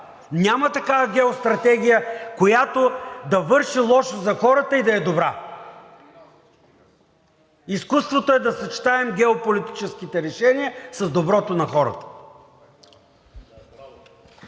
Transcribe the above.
Няма такава геостратегия, която да върши лошо за хората и да е добра. Изкуството е да съчетаем геополитическите решения с доброто на хората.